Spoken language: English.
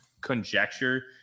conjecture